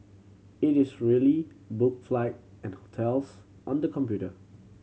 it is really book flight and hotels on the computer